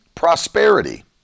prosperity